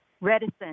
reticent